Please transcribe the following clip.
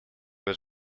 was